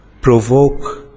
provoke